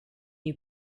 you